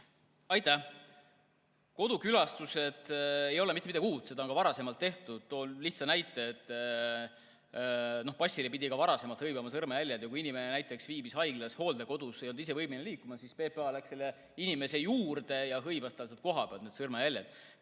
Aitäh! Kodukülastused ei ole mitte midagi uut, neid on ka varasemalt tehtud. Toon lihtsa näite. Passi jaoks pidi ka varasemalt hõivama sõrmejäljed ja kui inimene viibis näiteks haiglas või hooldekodus ega olnud ise võimeline liikuma, siis PPA läks selle inimese juurde ja hõivas talt koha peal need sõrmejäljed.